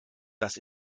das